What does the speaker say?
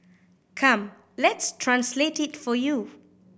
come let's translate it for you